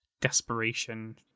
desperation